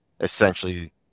essentially